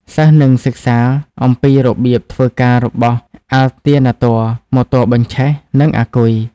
សិស្សនឹងសិក្សាអំពីរបៀបធ្វើការរបស់ អាល់ទែណាទ័រ, ម៉ូទ័របញ្ឆេះ និង អាគុយ។